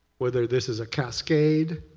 whether this is a cascade,